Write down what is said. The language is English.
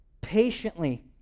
Patiently